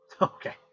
Okay